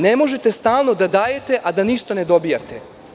Ne možete stalno da dajete a da ništa ne dobijate.